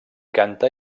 canta